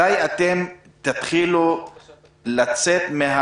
מתי אתם תתחילו לצאת?